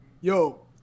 Yo